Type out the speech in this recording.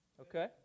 okay